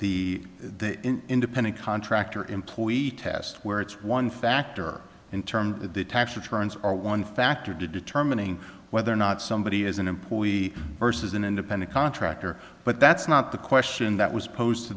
be the independent contractor employee test where it's one factor in terms of the tax returns are one factor to determining whether or not somebody is an employee versus an independent contractor but that's not the question that was posed to